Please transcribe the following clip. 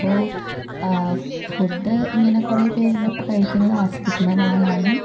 അപ്പോൾ ഫുഡ് ഇങ്ങനെ കുറെ പേരുടെ ഒപ്പം കഴിക്കുന്നത് ആസ്വദിക്കുന്നൊരാളാണ്